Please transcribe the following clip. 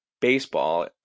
baseball